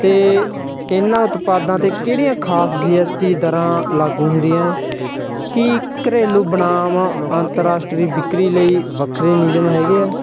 ਅਤੇ ਇਨ੍ਹਾਂ ਉਤਪਾਦਾਂ 'ਤੇ ਕਿਹੜੀਆਂ ਖ਼ਾਸ ਜੀ ਐੱਸ ਟੀ ਦਰਾਂ ਲਾਗੂ ਹੁੰਦੀਆਂ ਹੈ ਕੀ ਘਰੇਲੂ ਬਨਾਮ ਅੰਤਰਰਾਸ਼ਟਰੀ ਵਿਕਰੀ ਲਈ ਵੱਖਰੇ ਨਿਯਮ ਹੈਗੇ ਹੈ